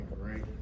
Right